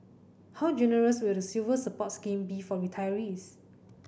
how generous will the Silver Support scheme be for retirees